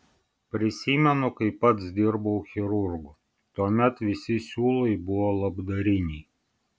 prisimenu kai pats dirbau chirurgu tuomet visi siūlai buvo labdariniai